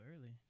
early